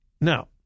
Now